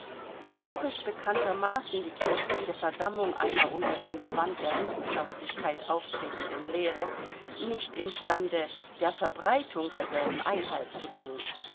jedoch ist bekanntermaßen die kirchliche verdammung einer unter dem gewand der wissenschaftlichkeit auftretenden lehre nicht im stande der verbreitung derselben einhalt zu thun